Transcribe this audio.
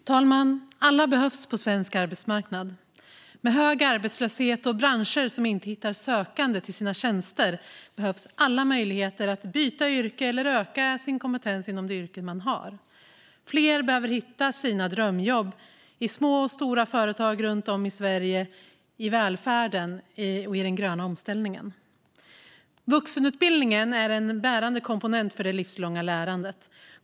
Fru talman! Alla behövs på svensk arbetsmarknad. Med hög arbetslöshet och branscher som inte hittar sökande till sina tjänster behövs alla möjligheter att byta yrke eller öka sin kompetens inom det yrke man har. Fler behöver hitta sitt drömjobb i små och stora företag runt om i Sverige, i välfärden och i den gröna omställningen. Vuxenutbildningen är en bärande komponent för det livslånga lärandet.